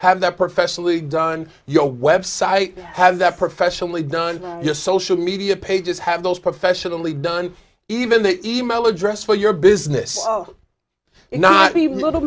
have that professionally done your website has that professionally done your social media pages have those professionally done even the email address for your business and not be a little